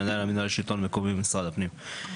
מנהל המינהל לשלטון מקומי במשרד פנים.